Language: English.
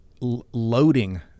loading